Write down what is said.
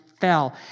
fell